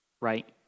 right